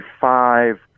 five